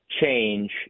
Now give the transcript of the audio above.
change